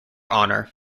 honour